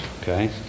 okay